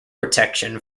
protection